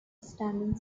standing